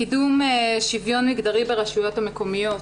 קידום שוויון מגדרי ברשויות המקומיות.